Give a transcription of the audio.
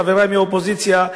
חברי מהאופוזיציה,